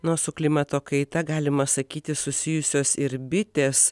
nu o su klimato kaita galima sakyti susijusios ir bitės